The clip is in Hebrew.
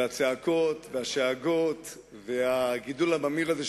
והצעקות והשאגות והגידול הממאיר הזה,